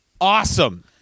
awesome